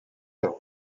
trono